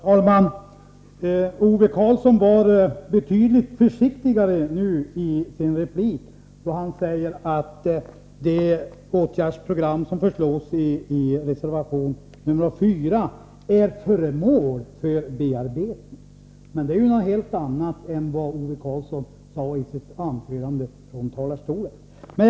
Herr talman! Ove Karlsson var betydligt försiktigare nu i sin replik. Han sade att det åtgärdsprogram som föreslås i reservation 4 är föremål för bearbetning. Det är någonting helt annat än vad Ove Karlsson sade i sitt anförande från talarstolen.